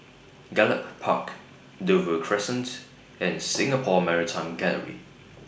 Gallop Park Dover Crescent and Singapore Maritime Gallery